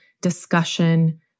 discussion